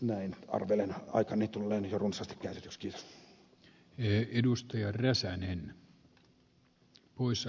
näin arvelen aikani tulleen jo runsaasti käytetyksi